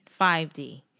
5D